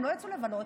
הם לא יצאו לבלות.